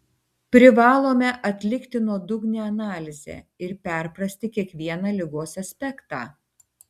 privalome atlikti nuodugnią analizę ir perprasti kiekvieną ligos aspektą